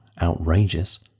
outrageous